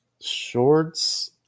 Shorts